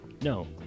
no